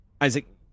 Isaac